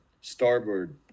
starboard